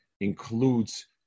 includes